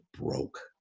broke